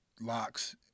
locks